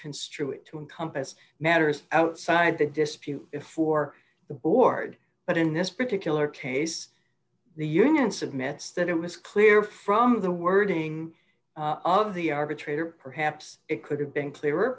construe it to encompass matters outside the dispute for the board but in this particular case the units admits that it was clear from the wording of the arbitrator perhaps it could have been clearer